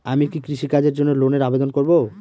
আমি কি কৃষিকাজের জন্য লোনের আবেদন করব?